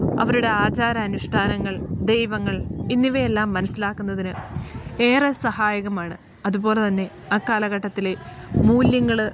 അവരുടെ ആചാരനുഷ്ഠാനങ്ങൾ ദൈവങ്ങൾ എന്നിവ എല്ലാം മനസ്സിലാക്കുന്നതിന് ഏറെ സഹായകമാണ് അത്പോലെ തന്നെ ആ കാലഘട്ടത്തിലെ മൂല്യങ്ങൾ